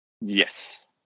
Yes